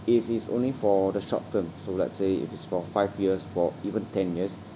it is only for the short term so let's say if it's for five years for even ten years